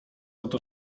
oto